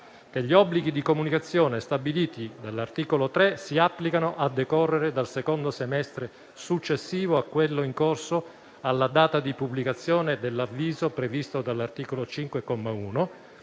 che gli obblighi di comunicazione stabiliti dall'articolo 3 si applicano a decorrere dal secondo semestre successivo a quello in corso alla data di pubblicazione dell'avviso previsto dall'articolo 5,